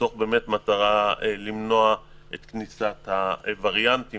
מתוך מטרה למנוע כניסת הווריאנטים השונים.